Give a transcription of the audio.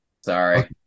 Sorry